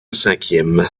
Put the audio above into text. cinquième